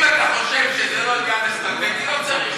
אם אתה חושב שזה לא עניין אסטרטגי, לא צריך.